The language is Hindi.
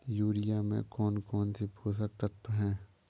यूरिया में कौन कौन से पोषक तत्व है?